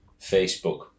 Facebook